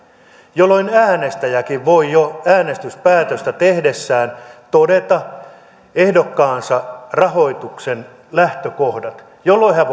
jolloin äänestäjäkin voi jo äänestyspäätöstä tehdessään todeta ehdokkaansa rahoituksen lähtökohdat jolloin hän